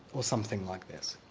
or something like this.